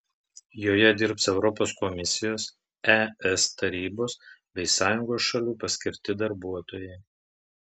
joje dirbs europos komisijos es tarybos bei sąjungos šalių paskirti darbuotojai